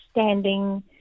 standing